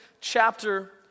chapter